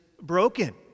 broken